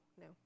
No